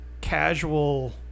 casual